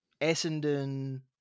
Essendon